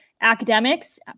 academics